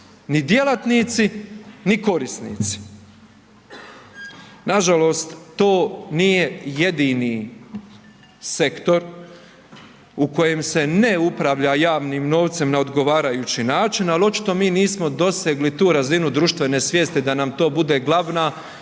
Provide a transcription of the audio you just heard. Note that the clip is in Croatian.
ni djelatnici, ni korisnici. Nažalost, to nije jedini sektor u kojem se ne upravlja javnim novcem na odgovarajući način, ali očito mi nismo dosegli tu razinu društvene svijesti da nam to bude glavna